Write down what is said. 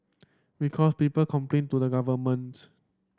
because people complain to the governments